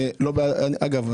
אגב,